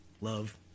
Love